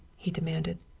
he demanded.